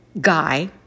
guy